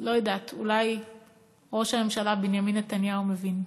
לא יודעת, אולי ראש הממשלה בנימין נתניהו מבין.